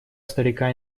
старика